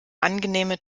angenehme